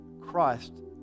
Christ